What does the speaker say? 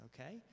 okay